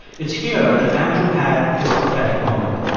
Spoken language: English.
it's here that andrew had his prophetic moment